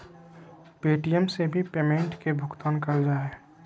Paytm से भी payment के भुगतान करल जा हय